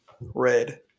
Red